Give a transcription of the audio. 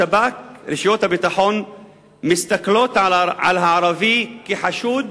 השב"כ, רשויות הביטחון מסתכלות על הערבי כחשוד